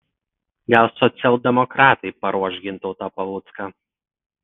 gal socialdemokratai paruoš gintautą palucką